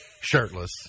shirtless